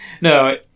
No